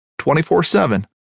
24-7